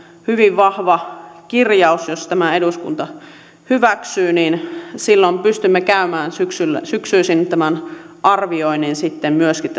hyvin vahva kirjaus jos tämän eduskunta hyväksyy niin silloin pystymme käymään syksyisin tämän arvioinnin myöskin